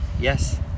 Yes